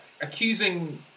accusing